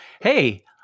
Hey